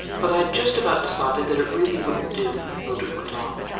but i'd just about decided that it really wouldn't do, mildred went on.